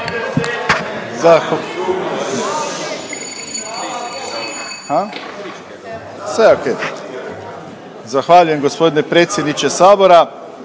Zahvaljujem gospodine predsjedavajući.